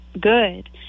good